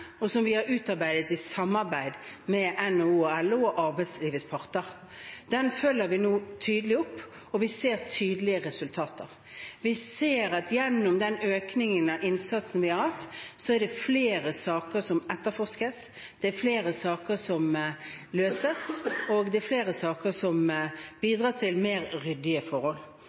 og som vi har utarbeidet i samarbeid med NHO, LO og arbeidslivets parter. Den følger vi nå opp, og vi ser tydelige resultater. Vi ser at gjennom den økningen i innsats vi har hatt, er det flere saker som etterforskes, det er flere saker som løses, og det er flere saker som bidrar til mer ryddige forhold.